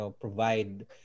provide